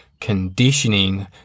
conditioning